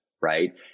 right